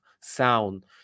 sound